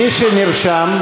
מי שנרשם,